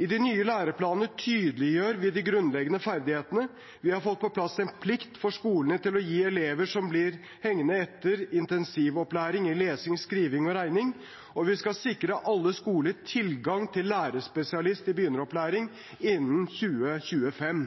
I de nye læreplanene tydeliggjør vi de grunnleggende ferdighetene, vi har fått på plass en plikt for skolene til å gi elever som blir hengende etter, intensivopplæring i lesing, skriving og regning, og vi skal sikre alle skoler tilgang til lærerspesialist i begynneropplæring innen 2025.